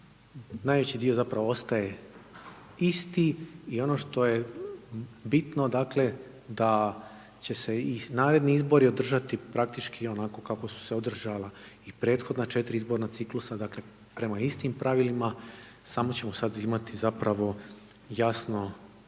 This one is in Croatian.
najveći dio zapravo ostaje isti i ono što je bitno dakle, da će se i naredni izbori održati praktički onako kako su se održala i prethodna 4 izborna ciklusa, dakle prema istim pravilima samo ćemo sad imati zapravo jasno